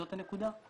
זאת הנקודה?